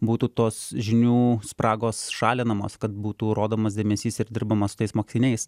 būtų tos žinių spragos šalinamos kad būtų rodomas dėmesys ir dirbama su tais mokiniais